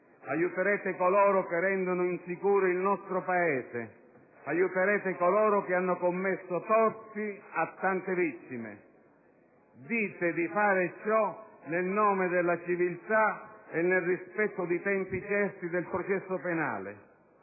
aiuterete coloro che rendono insicuro il nostro Paese, aiuterete coloro che hanno commesso torti a tante vittime. Dite di fare ciò nel nome della civiltà e nel rispetto di tempi certi del processo penale.